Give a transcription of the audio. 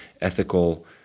ethical